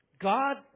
God